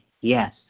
yes